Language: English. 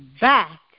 back